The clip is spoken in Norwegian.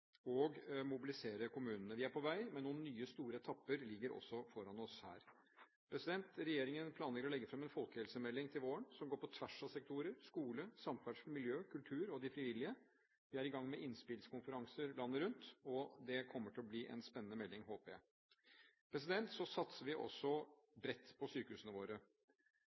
og mobilisere kommunene. Vi er på vei, men noen nye store etapper ligger også foran oss her. Regjeringen planlegger å legge fram en folkehelsemelding til våren som går på tvers av sektorer – skole, samferdsel, miljø, kultur og de frivillige. Vi er i gang med innspillskonferanser landet rundt, og det kommer til å bli en spennende melding, håper jeg. Så satser vi også bredt på sykehusene våre.